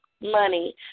money